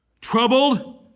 troubled